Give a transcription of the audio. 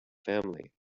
family